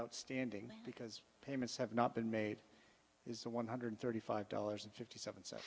outstanding because payments have not been made is a one hundred thirty five dollars and fifty seven so